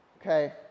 okay